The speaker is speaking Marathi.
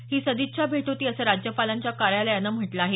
ही सदिच्छा भेट होती असं राज्यपालांच्या कार्यालयानं म्हटलं आहे